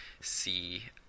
see